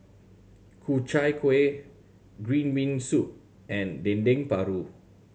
Ku Chai Kuih green bean soup and Dendeng Paru